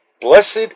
Blessed